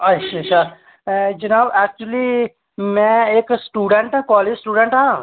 अच्छा अच्छा जनाब ऐक्चुअली में इक स्टूडैंट कालेज स्टूडैंट आं